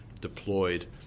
deployed